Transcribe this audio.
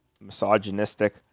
misogynistic